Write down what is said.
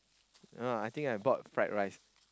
no lah I think I bought fried rice